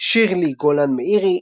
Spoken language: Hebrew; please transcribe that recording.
שיר-לי גולן-מאירי.